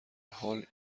حال